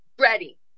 Ready